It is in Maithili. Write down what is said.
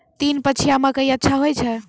तीन पछिया मकई अच्छा होय छै?